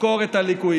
לחקור את הליקויים.